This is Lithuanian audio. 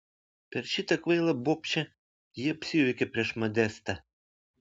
per šitą kvailą bobšę ji apsijuokė prieš modestą